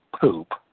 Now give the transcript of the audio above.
poop